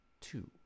two